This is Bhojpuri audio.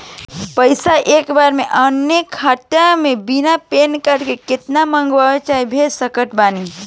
पैसा एक बार मे आना खाता मे बिना पैन कार्ड के केतना मँगवा चाहे भेज सकत बानी?